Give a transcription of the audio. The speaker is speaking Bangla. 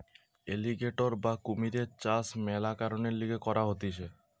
এলিগ্যাটোর বা কুমিরের চাষ মেলা কারণের লিগে করা হতিছে